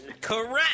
Correct